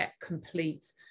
complete